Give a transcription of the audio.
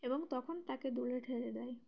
এবং তখন তাকে দূরে ঠেলে দেয়